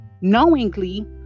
knowingly